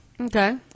Okay